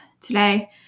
today